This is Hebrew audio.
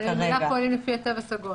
אבל הם ממילא פועלים לפי התו הסגול.